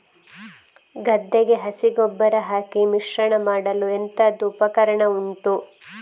ಗದ್ದೆಗೆ ಹಸಿ ಗೊಬ್ಬರ ಹಾಕಿ ಮಿಶ್ರಣ ಮಾಡಲು ಎಂತದು ಉಪಕರಣ ಉಂಟು?